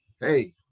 Hey